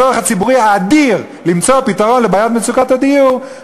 הצורך הציבורי האדיר למצוא פתרון לבעיית מצוקת הדיור,